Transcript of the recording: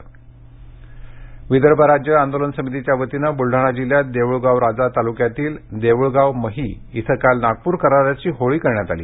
विदर्भ आंदोलन विदर्भ राज्य आंदोलन समितीच्या वतीने बुलढाणा जिल्ह्यात देऊळगाव राजा तालुक्यातील देऊळगाव मही इथं काल नागपूर कराराची होळी करण्यात आली